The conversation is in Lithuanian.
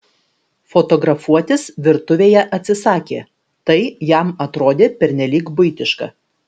fotografuotis virtuvėje atsisakė tai jam atrodė pernelyg buitiška